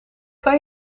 kan